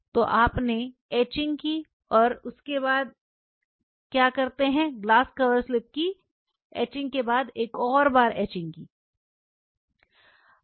तो आपने नक़्क़ाशी की और नक़्क़ाशी के बाद तो आप क्या करते हैं ग्लास कवर सर्फेस की नक़्क़ाशी के बाद और नक़्क़ाशी